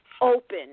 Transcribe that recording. open